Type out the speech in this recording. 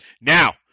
Now